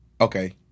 okay